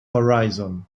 horizon